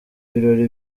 birori